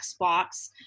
Xbox